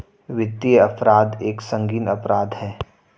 वित्तीय अपराध एक संगीन अपराध है